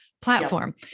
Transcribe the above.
platform